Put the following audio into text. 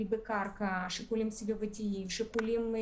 אתה אומר שהוא בוחן לאפשר דחיית מועדים גם למפעלים שקיבלו תמיכה